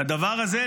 לדבר הזה,